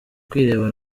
kwireba